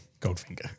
Goldfinger